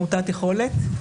מעוטת יכולת,